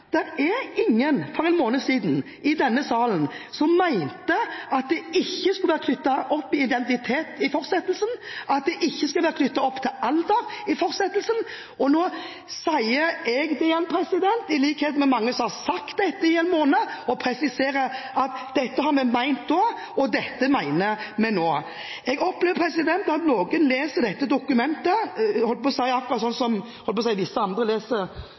Det var ingen i denne salen som for en måned siden mente at det ikke skulle være knyttet opp mot identitet i fortsettelsen, at det ikke skulle være knyttet opp mot alder i fortsettelsen. Nå sier jeg det igjen – i likhet med mange som har sagt dette i en måned – og presiserer at dette mente vi da, og dette mener vi nå. Jeg opplever at noen leser dette dokumentet akkurat sånn som visse andre leser – jeg holdt på å si – andre